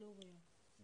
כן.